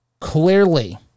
Clearly